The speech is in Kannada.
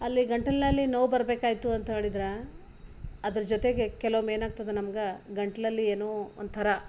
ಅಲ್ಲಿ ಗಂಟಲಿನಲ್ಲಿ ನೋವು ಬರಬೇಕಾಯ್ತು ಅಂತ ಹೇಳಿದ್ರೆ ಅದರ ಜೊತೆಗೆ ಕೆಲವೊಮ್ಮೆ ಏನಾಗ್ತದೆ ನಮ್ಗೆ ಗಂಟಲಲ್ಲಿ ಏನೋ ಒಂಥರ